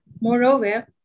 Moreover